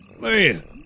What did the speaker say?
Man